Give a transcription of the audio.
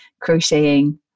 crocheting